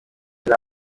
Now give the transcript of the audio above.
kera